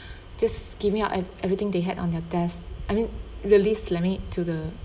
just give me up e~ everything they had on their desk I mean release let me to the